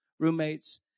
roommates